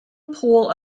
pool